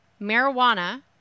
marijuana